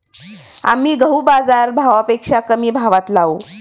आम्ही गहू बाजारभावापेक्षा कमी भावात लावू